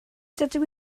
dydw